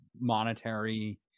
monetary